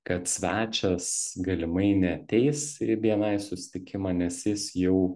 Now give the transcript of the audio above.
kad svečias galimai neateis į bni susitikimą nes jis jau